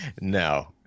no